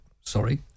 sorry